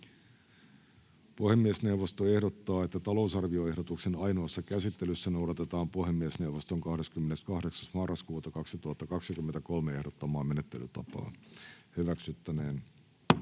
Puhemiesneuvosto ehdottaa, että talousarvioehdotuksen ainoassa käsittelyssä noudatetaan puhemiesneuvoston 28.11.2023 ehdottamaa menettelytapaa.